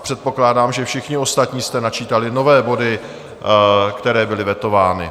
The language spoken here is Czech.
Předpokládám, že všichni ostatní jste načítali nové body, které byly vetovány.